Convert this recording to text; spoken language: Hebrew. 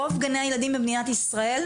רוב גני הילדים במדינת ישראל,